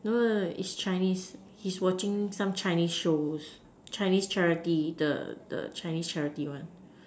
no no no it's Chinese he's watching some Chinese shows Chinese charity the the Chinese charity one